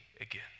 again